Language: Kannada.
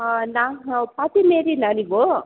ಹಾಂ ನಾವು ನೀವು